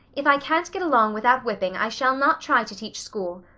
if i can't get along without whipping i shall not try to teach school.